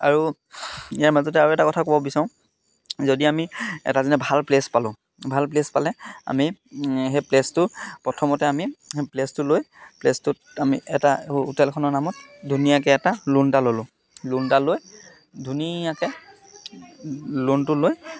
আৰু ইয়াৰ মাজতে আৰু এটা কথা ক'ব বিচাৰোঁ যদি আমি এটা যেনে ভাল প্লেচ পালোঁ ভাল প্লেচ পালে আমি সেই প্লেচটো প্ৰথমতে আমি সেই প্লেচটো লৈ প্লেচটোত আমি এটা হোটেলখনৰ নামত ধুনীয়াকৈ এটা লোন এটা ল'লোঁ লোন এটা লৈ ধুনীয়াকৈ লোনটো লৈ